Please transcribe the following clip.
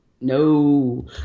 No